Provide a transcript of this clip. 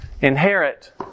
inherit